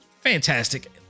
fantastic